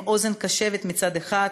אוזן קשבת מצד אחד,